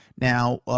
now